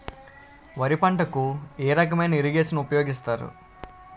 వరి పంటకు ఏ రకమైన ఇరగేషన్ ఉపయోగిస్తారు?